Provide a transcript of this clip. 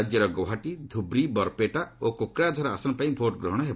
ରାଜ୍ୟର ଗୌହାଟୀ ଧୂବ୍ରୀ ବରପେଟା ଓ କୋକାଝର ଆସନ ପାଇଁ ଭୋଟ୍ ଗ୍ରହଣ ହେବ